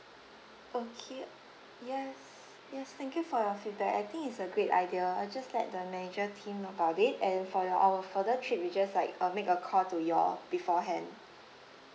okay yes yes thank you for your feedback I think it's a great idea I'll just let the manager think about it and for our further trip we'll just like uh make a call to you all beforehand